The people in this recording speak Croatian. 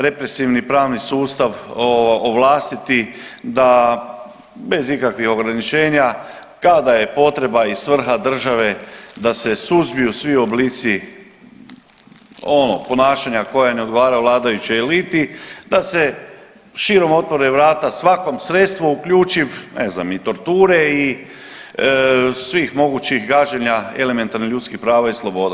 Represivni pravni sustav ovlastiti da bez ikakvih ograničenja kao da je potreba i svrha države da se suzbiju svi oblici ono ponašanja koje ne odgovara vladajućoj eliti, da se širom otvore vrata svakom sredstvu uključiv ne znam i torture i svih mogućih gaženja elementarnih ljudskih prava i sloboda.